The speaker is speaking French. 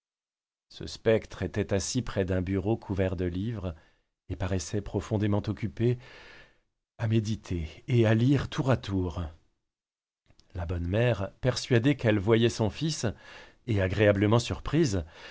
ce spectre était assis près d'un bureau couvert de livres et paraissait profondément occupé à méditer et à lire tour à tour la bonne mère persuadée qu'elle voyait son fils et agréablement surprise